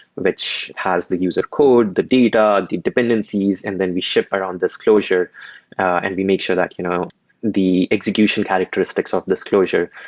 which has the user code, the data, the dependencies, and then we ship around this closure and we make sure that you know the execution characteristics of this closure,